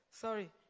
sorry